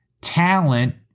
Talent